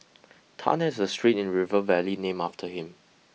Tan has a street in River Valley named after him